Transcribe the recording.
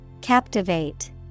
Captivate